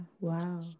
wow